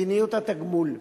מדיניות התגמול.